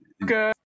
good